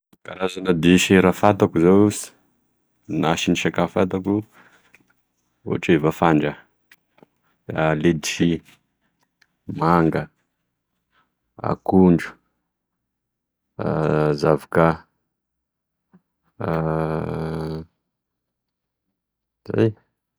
Karazana desera fantako izao na sindrisakafo fantako ohatry hoe voafandra, letchi, manga, akondro, zavoka, zay.